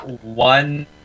one